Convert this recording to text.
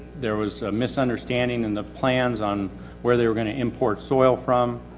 there was a misunderstanding in the plans on where they were gonna import soil from.